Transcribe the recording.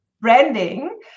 branding